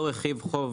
אותו רכיב חוב,